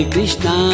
Krishna